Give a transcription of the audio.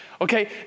Okay